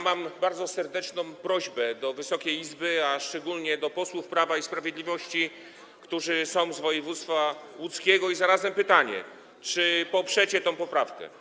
Mam bardzo serdeczną prośbę do Wysokiej Izby, a szczególnie do posłów Prawa i Sprawiedliwości, którzy są z województwa łódzkiego, a zarazem pytanie: Czy poprzecie tę poprawkę?